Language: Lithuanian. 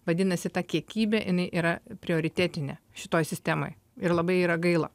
vadinasi ta kiekybė jinai yra prioritetinė šitoj sistemoj ir labai yra gaila